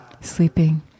sleeping